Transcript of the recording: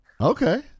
Okay